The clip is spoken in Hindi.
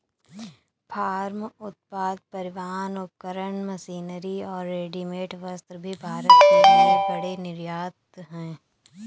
फार्म उत्पाद, परिवहन उपकरण, मशीनरी और रेडीमेड वस्त्र भी भारत के लिए बड़े निर्यात हैं